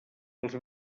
els